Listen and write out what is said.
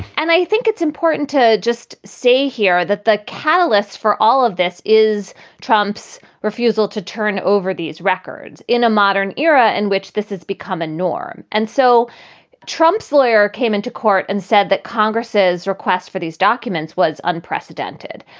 and i think it's important to just say here that the catalyst for all of this is trump's refusal to turn over these records in a modern era in which this has become a norm. and so trump's lawyer came into court and said that congress's requests for these documents was unprecedented.